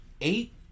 eight